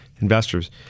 investors